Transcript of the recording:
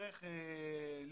דרך ליז,